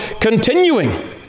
continuing